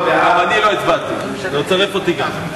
גם אני לא הצבעתי, תצרף אותי גם.